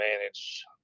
manage